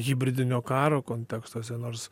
hibridinio karo kontekstuose nors